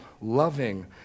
loving